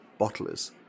bottlers